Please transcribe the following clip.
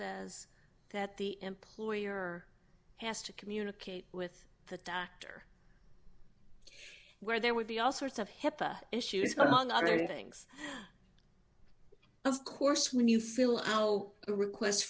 says that the employer has to communicate with the actor where there would be all sorts of hipaa issues going on other things of course when you fill out a request